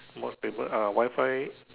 more stable ah Wifi